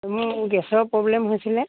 মোৰ গেছৰ প্ৰব্লেম হৈছিলে